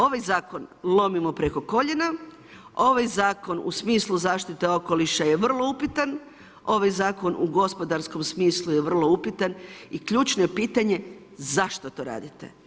Ovaj zakon lomimo preko koljena, ovaj zakon u smislu zaštite okoliša je vrlo upitan, ovaj zakon u gospodarskom smislu je vrlo upitan i ključno je pitanje zašto to radite.